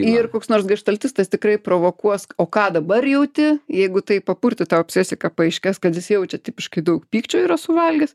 ir koks nors geštaltistas tikrai provokuos o ką dabar jauti jeigu taip papurtyt tą obsesiją kad paaiškės kad jis jaučia tipiškai daug pykčio yra suvalgęs